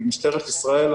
משטרת ישראל.